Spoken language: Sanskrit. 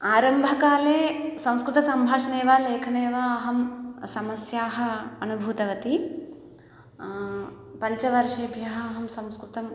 आरम्भकाले संस्कृतसम्भाषणे वा लेखने वा अहं समस्याः अनुभूतवती पञ्चवर्षेभ्यः अहम् संस्कृतं